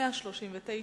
בצד השני.